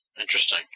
Interesting